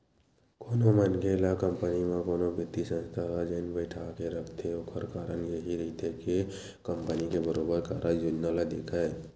कोनो मनखे ल कंपनी म कोनो बित्तीय संस्था ह जेन बइठाके रखथे ओखर कारन यहीं रहिथे के कंपनी के बरोबर कारज योजना ल देखय